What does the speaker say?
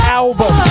album